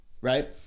right